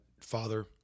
father